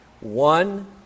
one